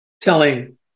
telling